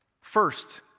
First